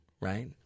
right